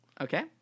Okay